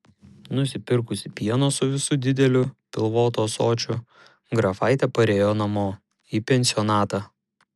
nusipirkusi pieno su visu dideliu pilvotu ąsočiu grafaitė parėjo namo į pensionatą